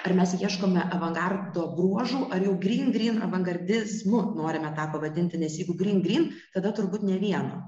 ar mes ieškome avangardo bruožų ar jau gryn gryn avangardizmu norime tą pavadinti nes jeigu gryn gryn tada turbūt nė vieno